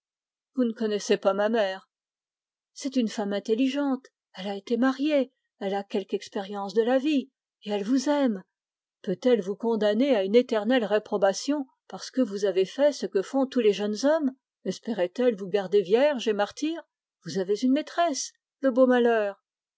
vous ne connaissez pas ma mère elle a été mariée elle a quelque expérience de la vie peut-elle vous condamner à une éternelle réprobation parce que vous avez fait ce que font tous les jeunes hommes espérait elle vous garder vierge et martyr vous avez une maîtresse le beau malheur